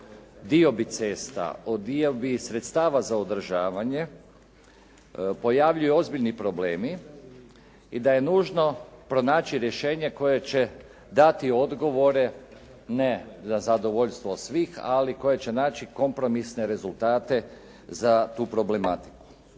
diobi cesta o diobi sredstava za održavanje pojavljuju ozbiljni problemi i da je nužno pronaći rješenje koje će dati odgovore ne na zadovoljstvo svih ali koje će naći kompromisne rezultate za tu problematiku.